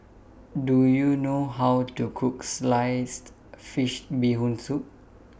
Do YOU know How to Cook Sliced Fish Bee Hoon Soup